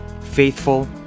faithful